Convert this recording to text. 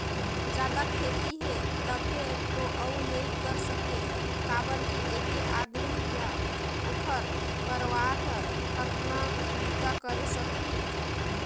जादा खेती हे तभे तो अउ नइ कर सके काबर कि ऐके आदमी य ओखर परवार हर कतना बूता करे सकही